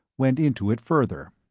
went into it further.